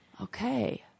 Okay